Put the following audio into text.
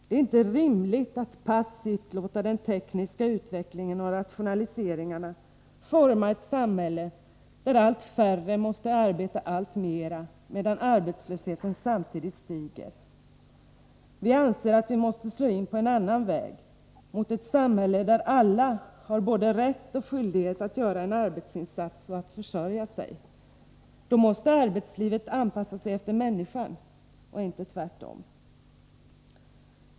Det är inte rimligt att passivt låta den tekniska utvecklingen och rationaliseringarna forma ett samhälle där allt färre måste arbeta alltmera medan arbetslösheten samtidigt stiger. Vi anser att vi måste slå in på en annan väg — mot ett samhälle där alla har både rätt och skyldighet att göra en arbetsinsats och att försörja sig. Då måste arbetslivet anpassa sig efter människan och inte tvärtom.